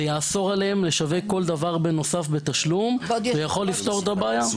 זה יאסור עליהן לשווק כל דבר בנוסף בתשלום ויכול לפתור את הבעיה.